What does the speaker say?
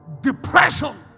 depression